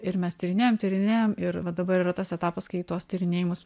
ir mes tyrinėjam tyrinėjam ir va dabar yra tas etapas kai tuos tyrinėjimus